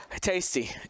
tasty